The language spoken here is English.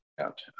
out